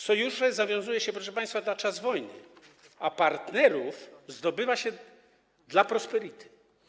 Sojusze zawiązuje się, proszę państwa, na czas wojny, a partnerów zdobywa się dla prosperity.